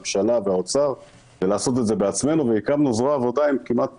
הממשלה והאוצר ולעשות את זה בעצמנו והקמנו זרוע עבודה עם כמעט